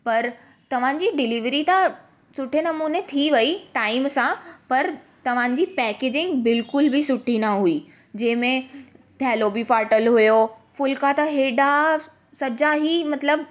पर तव्हांजी डिलिवरी त सुठे नमूने थी वई टाइम सां पर तव्हांजी पैकेजिंग बिल्कुल बि सुठी ना हुई जंहिंमें थैलो बि फाटल हुओ फुलका त हेॾा सॼा ई मतिलबु